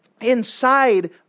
inside